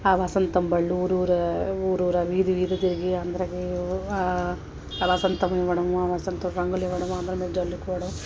ఆ వసంతం బళ్ళు ఊరురా ఊరూరా వీధి వీధి తిరిగి అందరికీ ఆ వసంతము ఇవ్వడమూ ఆ వసంత రంగులు ఇవ్వడమూ అందరి మీద చల్లుకోవడం